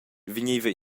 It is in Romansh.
vegneva